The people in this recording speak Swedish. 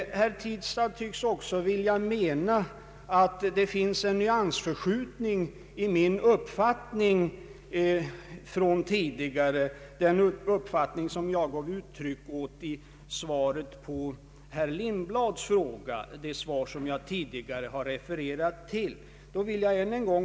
Herr Tistad tycks också vilja mena att det finns en nyansförskjutning i min uppfattning från tidigare, nämligen den uppfattning som jag gav uttryck åt i svaret på herr Lindblads fråga, vilket svar jag tidigare har refererat till.